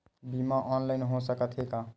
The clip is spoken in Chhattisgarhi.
बीमा ऑनलाइन हो सकत हे का?